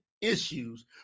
issues